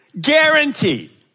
Guaranteed